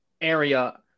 area